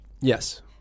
Yes